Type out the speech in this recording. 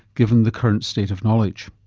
given the current state of knowledge?